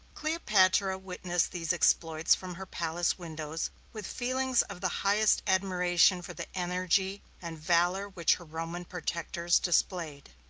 cleopatra witnessed these exploits from her palace windows with feelings of the highest admiration for the energy and valor which her roman protectors displayed.